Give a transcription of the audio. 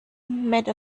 made